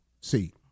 See